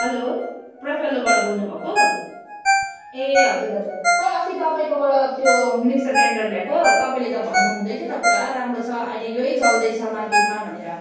hello प्रोफेल्लोबाट बोल्नु भएको ए हजुर दाजु खै अस्ति तपाईँकोबाट त्यो मिक्सर ग्राइन्डर ल्याएको तपाईँले त भन्नु हुँदै थियो त पुरा राम्रो छ अहिले यही चल्दैछ मार्केटमा भनेर